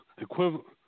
equivalent